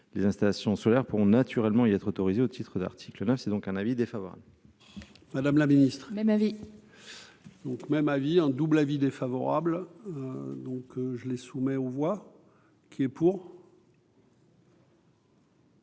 les installations solaires pour naturellement il être autorisé au titre d'article, là, c'est donc un avis défavorable. Madame la Ministre même avis. Donc même avis un double avis défavorable, donc je l'ai sous, mais on voit qui est pour.